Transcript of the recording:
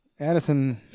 Addison